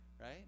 right